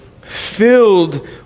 filled